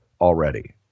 already